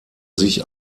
sich